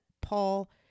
Paul